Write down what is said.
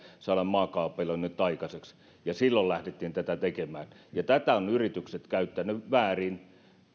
saada maakaapeloinnit aikaiseksi ja silloin lähdettiin tätä tekemään tätä ovat yritykset käyttäneet väärin